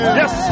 yes